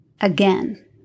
again